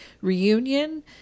reunion –